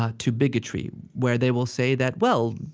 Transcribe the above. ah to bigotry where they will say that, well,